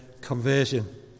conversion